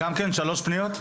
גם כן שלוש פניות?